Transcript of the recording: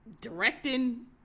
directing